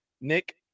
Nick